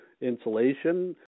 insulation